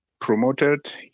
promoted